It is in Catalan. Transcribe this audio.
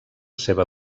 seva